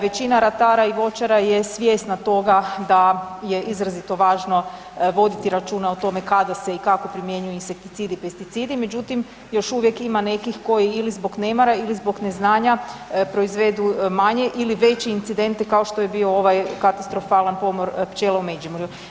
Većina ratara i voćara je svjesna toga da je izrazito važno voditi računa o tome kada se i kako primjenjuju insekticidi i pesticidi, međutim još uvijek ima nekih koji ili zbog nemara ili zbog neznanja proizvodu manje ili veće incidente kao što je bio ovaj katastrofalan pomor pčela u Međimurju.